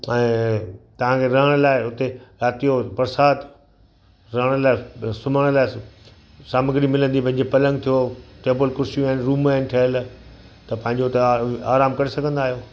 ऐं तव्हांखे रहण लाइ उते राति जो परसाद रहण लाइ सुम्हण लाइ सामग्री मिलंदी भई जीअं पलंग थियो टेबल कुर्सियूं आहिनि रूम आहिनि ठहियल त पंहिंजो हुते अ आरामु करे सघंदा आहियो